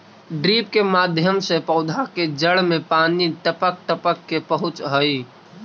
drip के माध्यम से पौधा के जड़ में पानी टपक टपक के पहुँचऽ हइ